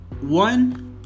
one